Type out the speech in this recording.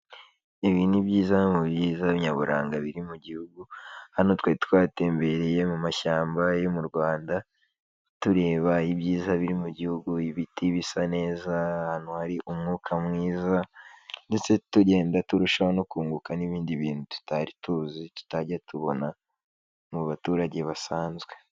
Ibi ni byiza mu byiza nyaburanga biri mu gihugu. Hano twari twatembereye mu mashyamba yo mu Rwanda tureba ibyiza biri mu gihugu; ibiti bisa neza, ahantu hari umwuka mwiza ndetse tugenda turushaho no kunguka n'ibindi bintu tutari tuzi ,tutajya tubona mu baturage basanzwe.